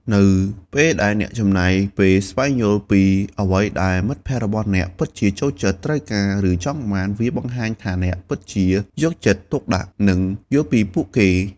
នៅពេលដែលអ្នកចំណាយពេលស្វែងយល់ពីអ្វីដែលមិត្តភក្តិរបស់អ្នកពិតជាចូលចិត្ត ត្រូវការ ឬចង់បាន វាបង្ហាញថាអ្នកពិតជា យកចិត្តទុកដាក់ និង យល់ពីពួកគេ។